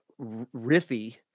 riffy